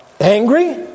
angry